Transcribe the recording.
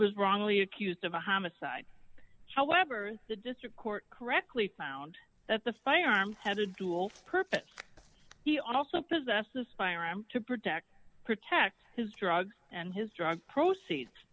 was wrongly accused of a homicide however the district court correctly found that the firearms had a dual purpose he also possess a firearm to protect protect his drugs and his drug proceeds